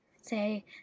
Say